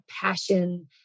passion